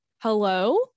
Hello